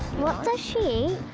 what does she eat?